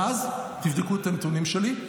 ואז, תבדקו את הנתונים שלי,